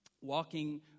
walking